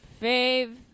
fave